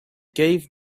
gave